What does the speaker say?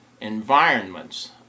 environments